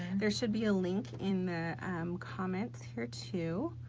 there should be a link in the comments here too.